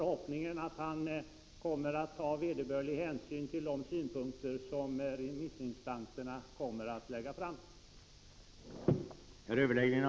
Herr talman!